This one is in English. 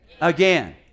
again